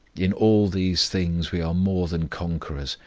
in all these things we are more than conquerors,